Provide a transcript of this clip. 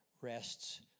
rests